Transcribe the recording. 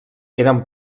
eren